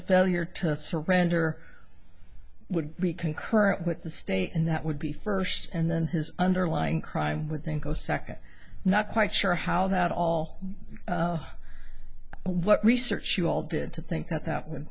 a failure to surrender would be concurrent with the state and that would be first and then his underlying crime would think oh second not quite sure how that all what research you all did to think that that would